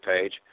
page